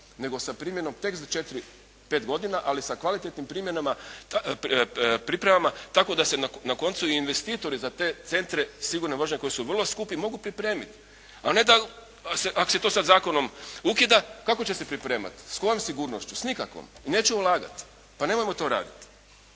nego sa primjenom tek za 4-5 godina, ali sa kvalitetnim pripremama tako da se na koncu i investitori za te centre sigurno … koji su vrlo skupi, mogu pripremiti, a ne da ako se to sada zakonom ukida kako će se pripremati. S kojom sigurnošću? S nikakvom. I neće ulagati. Pa nemojmo to raditi.